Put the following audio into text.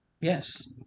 Yes